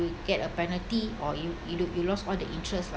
you will get a penalty or you you lost all the interest lah